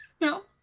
no